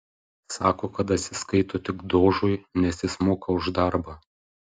sako kad atsiskaito tik dožui nes jis moka už darbą